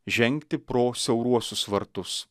žengti pro siauruosius vartus